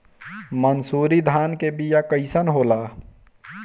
मनसुरी धान के बिया कईसन होला?